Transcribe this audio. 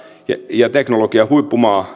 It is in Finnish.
ja teknologian huippumaa